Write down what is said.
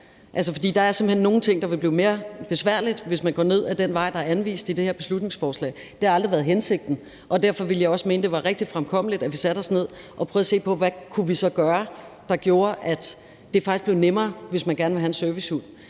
hen nogle ting, der vil blive mere besværlige, hvis man går ned ad den vej, der er anvist i det her beslutningsforslag. Det har aldrig været hensigten, og derfor ville jeg også mene, at det var rigtig fremkommeligt, at vi satte os ned og prøvede at se på, hvad vi så kunne gøre, for at det faktisk blev nemmere at få en servicehund,